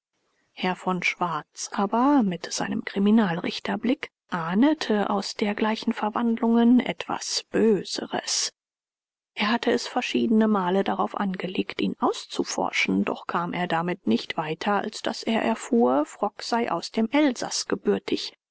herr von schwarz aber mit seinem kriminalrichterblick ahnete aus dergleichen verwandlungen etwas böseres er hatte es verschiedene male darauf angelegt ihn auszuforschen doch kam er damit nicht weiter als daß er erfuhr frock sei aus dem elsaß gebürtig